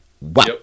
wow